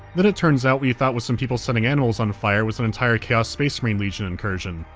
then it turns out what you thought was some people setting animals on fire was an entire chaos space marine legion incursion.